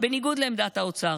בניגוד לעמדת האוצר.